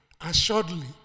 assuredly